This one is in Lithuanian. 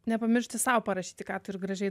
nepamiršti sau parašyti ką tu ir gražiai